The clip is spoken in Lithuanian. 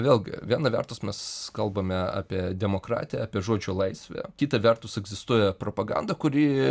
vėlgi viena vertus mes kalbame apie demokratiją apie žodžio laisvę kita vertus egzistuoja propaganda kuri